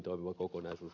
arvoisa puhemies